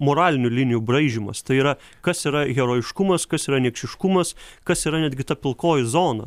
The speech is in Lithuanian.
moralinių linijų braižymas tai yra kas yra herojiškumas kas yra niekšiškumas kas yra netgi ta pilkoji zona